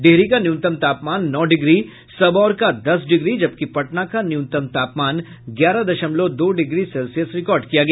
डिहरी का न्यूनतम तापमान नौ डिग्री सबौर का दस डिग्री जबकि पटना का न्यूनतम तापमान ग्यारह दशमलव दो डिग्री सेल्सियस रिकार्ड किया गया